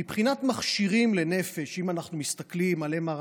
מבחינת מכשירים לנפש, אם אנחנו מסתכלים על MRI,